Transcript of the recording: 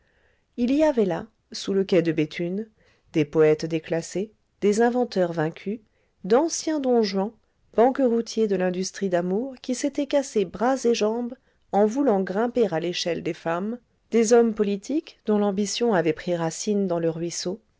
il y avait là sous le quai de béthune des poètes déclassés des inventeurs vaincus d'anciens don juan banqueroutiers de l'industrie d'amour qui s'étaient cassé bras et jambes en voulant grimper à l'échelle des femme des hommes politiques dont l'ambition avait pris racine dans le ruisseau